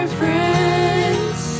friends